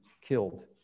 killed